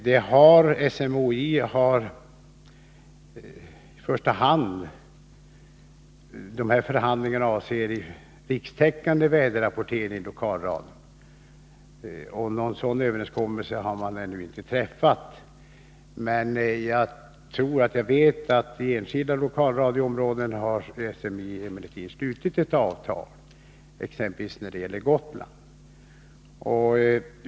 Dessa avser i första hand rikstäckande väderrapportering i lokalradion, och någon sådan överenskommelse har ännu inte träffats. För enskilda lokalradioområden har SMHI emellertid slutit avtal, exempelvis för Gotland.